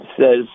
says